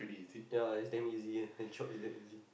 ya is damn easy my job is damn easy